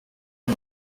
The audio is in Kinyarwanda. aya